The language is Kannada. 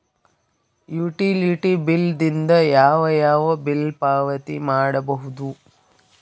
ಯುಟಿಲಿಟಿ ಬಿಲ್ ದಿಂದ ಯಾವ ಯಾವ ಬಿಲ್ ಪಾವತಿ ಮಾಡಬಹುದು?